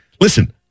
Listen